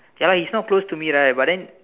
ya his not close to me right but then